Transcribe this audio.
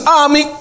army